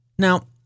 Now